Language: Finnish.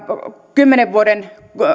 kymmenen vuoden